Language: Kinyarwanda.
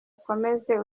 ukomeze